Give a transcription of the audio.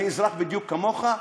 אני אזרח בדיוק כמוך,